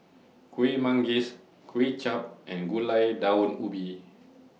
Kuih Manggis Kway Chap and Gulai Daun Ubi